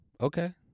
Okay